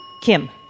Kim